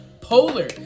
Polar